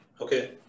Okay